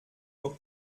nur